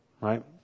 right